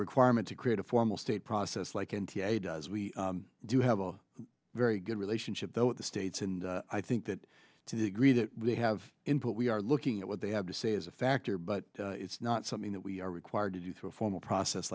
requirement to create a formal state process like n t a does we do have a very good relationship though the states and i think that to the degree that they have input we are looking at what they have to say is a factor but it's not something that we are required to do through a formal process